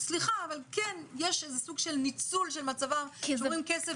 יש איזשהו סוג של ניצול של מצבם של העובדים שרואים כסף